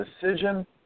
Decision